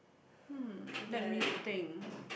um let me think